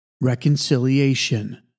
reconciliation